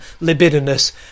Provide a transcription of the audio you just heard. libidinous